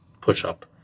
push-up